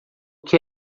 que